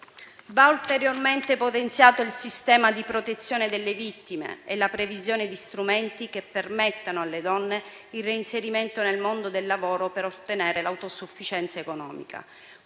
Va ulteriormente potenziato il sistema di protezione delle vittime e la previsione di strumenti che permettano alle donne il reinserimento nel mondo del lavoro per ottenere l'autosufficienza economica.